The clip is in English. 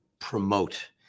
promote